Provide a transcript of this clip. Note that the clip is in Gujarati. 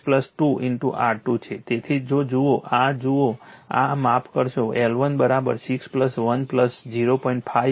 તેથી 6 2 R2 છે તેથી જો જુઓ આ જો જુઓ આ માફ કરશો L1 6 1 0